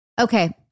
Okay